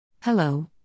Hello